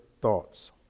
thoughts